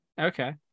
Okay